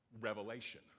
Revelation